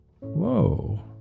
Whoa